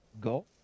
Go